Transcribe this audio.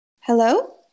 Hello